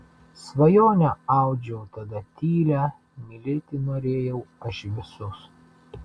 svajonę audžiau tada tylią mylėti norėjau aš visus